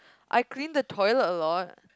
I clean the toilet a lot